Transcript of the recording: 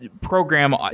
program